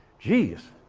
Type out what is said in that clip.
geez!